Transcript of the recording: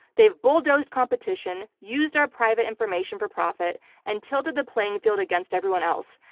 they've bulldozed competition, used our private information for profit and tilted the playing field against everyone else,